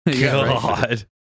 god